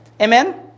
Amen